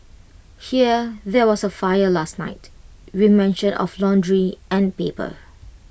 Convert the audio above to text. hear there was A fire last night with mention of laundry and paper